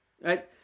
right